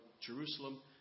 Jerusalem